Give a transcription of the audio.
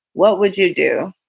what would you do?